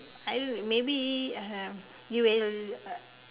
I don't know maybe um you will uh